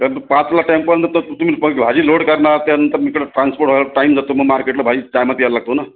कारण पाचला टेम्पो आल्यानंतर तुम्ही भाजी लोड करणार त्यानंतर मी त्याला ट्रान्सपोर्ट व्हायला टायम जातो मग मार्केटला भाजी टायमात यायला लागतो ना